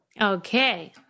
Okay